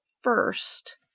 first